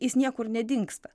jis niekur nedingsta